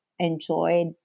Enjoyed